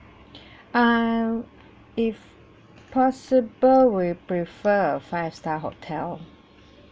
um if possible we prefer a five star hotel